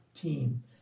team